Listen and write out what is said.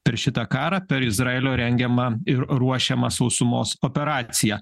per šitą karą per izraelio rengiamą ir ruošiamą sausumos operaciją